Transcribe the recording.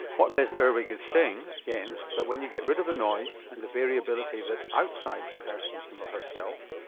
what les irwig is saying, again, that when you get rid of the noise and the variability that's outside the person him or herself,